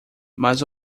mas